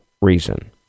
reason